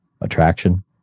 attraction